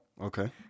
Okay